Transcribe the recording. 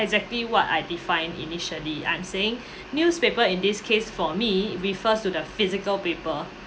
exactly what I define initially I'm saying newspaper in this case for me refers to the physical paper